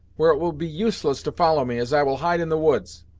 where it will be useless to follow me, as i will hide in the woods.